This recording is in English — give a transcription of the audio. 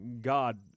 God